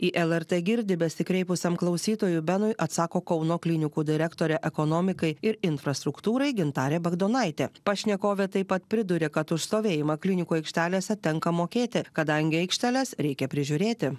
į lrt girdi besikreipusiam klausytojų benui atsako kauno klinikų direktorė ekonomikai ir infrastruktūrai gintarė bagdonaitė pašnekovė taip pat priduria kad už stovėjimą klinikų aikštelėse tenka mokėti kadangi aikšteles reikia prižiūrėti